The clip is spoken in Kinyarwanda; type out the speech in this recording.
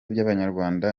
by’abanyarwanda